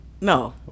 No